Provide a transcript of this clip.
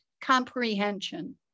comprehension